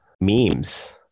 memes